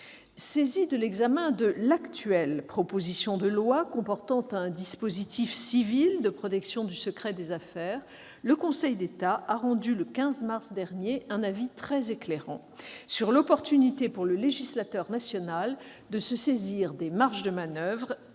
Saisi de l'examen de l'actuelle proposition de loi, qui comporte un dispositif civil de protection du secret des affaires, le Conseil d'État a rendu, le 15 mars dernier, un avis très éclairant sur l'opportunité pour le législateur national de se saisir des marges de manoeuvre offertes